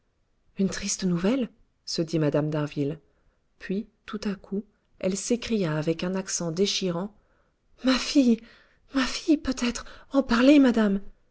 une triste nouvelle se dit mme d'harville puis tout à coup elle s'écria avec un accent déchirant ma fille ma fille peut-être oh parlez madame